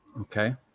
Okay